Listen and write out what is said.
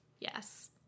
Yes